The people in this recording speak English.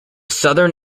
southern